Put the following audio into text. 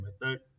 method